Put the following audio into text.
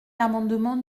l’amendement